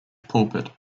pulpit